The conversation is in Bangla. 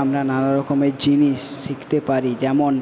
আমরা নানা রকমের জিনিস শিখতে পারি যেমন